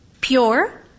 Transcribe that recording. pure